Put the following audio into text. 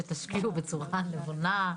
שתשקיעו בצורה נבונה.